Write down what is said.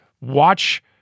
watch